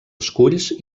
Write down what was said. esculls